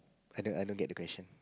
I don't I don't get the question